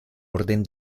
orden